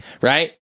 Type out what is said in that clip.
right